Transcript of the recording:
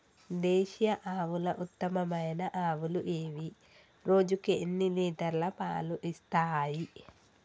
దేశీయ ఆవుల ఉత్తమమైన ఆవులు ఏవి? రోజుకు ఎన్ని లీటర్ల పాలు ఇస్తాయి?